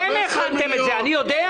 אתם הכנתם את זה - אני יודע?